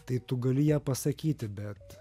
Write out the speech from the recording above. tai tu gali ją pasakyti bet